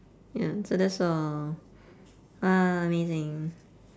ya so that's all ah amazing